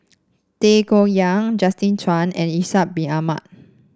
Tay Koh Yat Justin Zhuang and Ishak Bin Ahmad